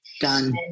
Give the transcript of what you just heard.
Done